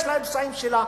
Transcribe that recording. יש לה האמצעים שלה,